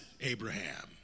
Abraham